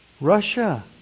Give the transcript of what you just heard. Russia